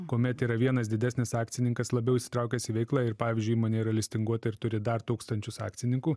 kuomet yra vienas didesnis akcininkas labiau įsitraukęs į veiklą ir pavyzdžiui įmonė yra listinguota ir turi dar tūkstančius akcininkų